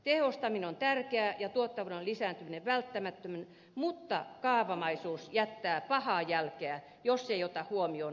tehostaminen on tärkeää ja tuottavuuden lisääntyminen välttämätöntä mutta kaavamaisuus jättää pahaa jälkeä jos se ei ota huomioon aikaa